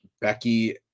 Becky